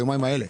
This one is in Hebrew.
האלה.